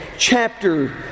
Chapter